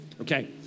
okay